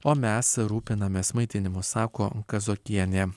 o mes rūpinamės maitinimu sako kazokienė